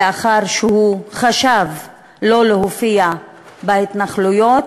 לאחר שהוא חשב לא להופיע בהתנחלויות,